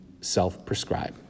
self-prescribe